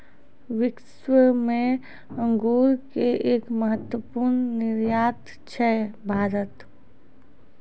विश्व मॅ अंगूर के एक महत्वपूर्ण निर्यातक छै भारत